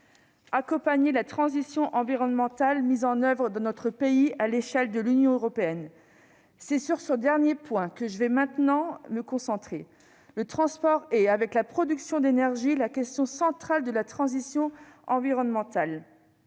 accompagner la transition environnementale mise en oeuvre dans notre pays à l'échelle de l'Union européenne. C'est sur ce dernier point que je vais maintenant me concentrer. Le transport est, avec la production d'énergie, la question centrale de la transition environnementale.